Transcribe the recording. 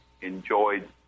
enjoyed